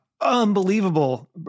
unbelievable